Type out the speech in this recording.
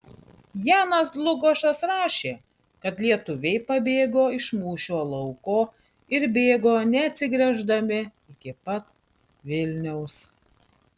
janas dlugošas rašė kad lietuviai pabėgo iš mūšio lauko ir bėgo neatsigręždami iki pat vilniaus